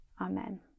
Amen